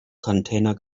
container